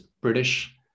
British